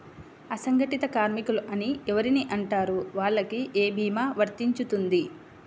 అసంగటిత కార్మికులు అని ఎవరిని అంటారు? వాళ్లకు ఏ భీమా వర్తించుతుంది?